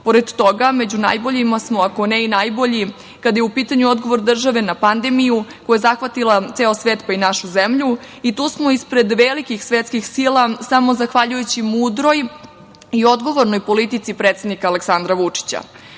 toga, među najboljima smo, ako ne i najbolji, kada je u pitanju odgovor države na pandemiju koja je zahvatila ceo svet, pa i našu zemlju, i tu smo ispred velikih svetskih sila samo zahvaljujući mudroj i odgovornoj politici predsednika Aleksandra Vučića. Srbija